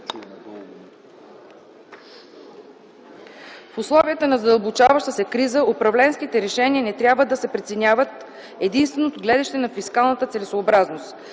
В условията на задълбочаващата се криза управленските решения не трябва да се преценяват единствено от гледище на фискалната целесъобразност.